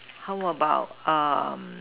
how about um